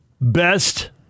best